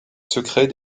secrets